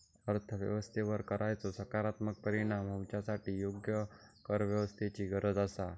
अर्थ व्यवस्थेवर कराचो सकारात्मक परिणाम होवच्यासाठी योग्य करव्यवस्थेची गरज आसा